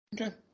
Okay